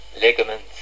Ligaments